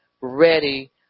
ready